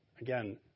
Again